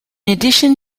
addition